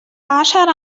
عشر